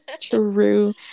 True